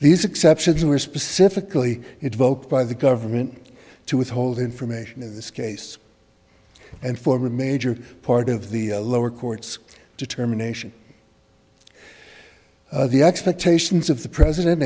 these exceptions were specifically it vote by the government to withhold information in this case and for major part of the lower courts determination the expectations of the president